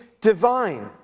divine